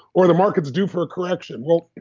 or the market's due for a correction. well,